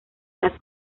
las